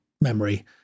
memory